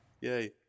yay